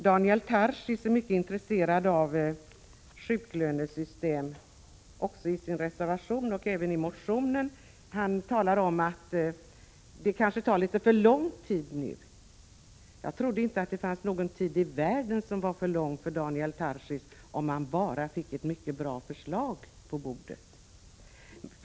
Daniel Tarschys är mycket intresserad av sjuklönesystem, i motionen och i sin reservation. Han talar om att det kanske tar litet för lång tid nu. Jag trodde inte att någon tid i världen var för lång för Daniel Tarschys, om man bara fick ett mycket bra förslag på bordet.